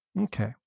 Okay